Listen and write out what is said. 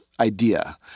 idea